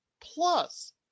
Plus